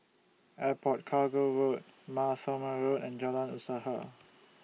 Airport Cargo Road Mar Thoma Road and Jalan Usaha